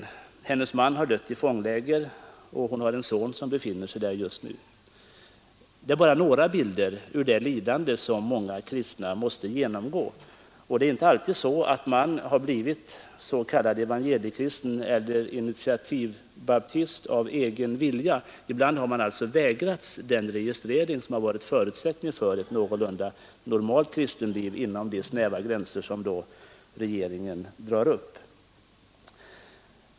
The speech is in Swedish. Hennes man har dött i fångläger, och hon har en son som just nu också befinner sig där. Detta är bara några bilder ur det lidande som många kristna måste genomgå. Det är inte alltid så att man blivit s.k. evangeliekristen eller initiativbaptist av egen vilja. Ibland har man vägrats den registrering som varit en förutsättning för ett någorlunda normalt kristenliv inom de snäva gränser som regeringen drar upp.